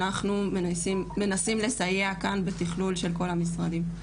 אנחנו מנסים לסייע כאן בתכלול של כל המשרדים.